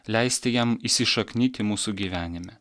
leisti jam įsišaknyti mūsų gyvenime